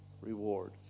reward